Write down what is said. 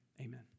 Amen